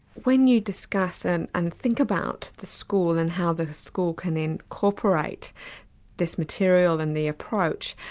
when you discuss and and think about the school and how the school can incorporate this material and the approach,